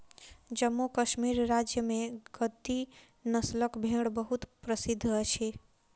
जम्मू कश्मीर राज्य में गद्दी नस्लक भेड़ बहुत प्रसिद्ध अछि